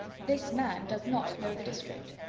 this man does not know the district!